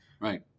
Right